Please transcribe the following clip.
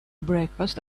breakfast